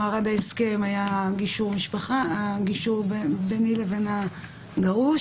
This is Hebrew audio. עד ההסכם היה גישור משפחה, גישור ביני לבין הגרוש.